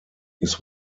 his